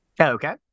Okay